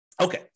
Okay